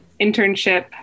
internship